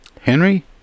Henry